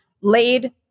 laid